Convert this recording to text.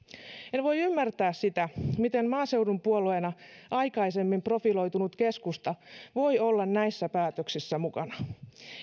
en voi ymmärtää sitä miten maaseudun puolueena aikaisemmin profiloitunut keskusta voi olla näissä päätöksissä mukana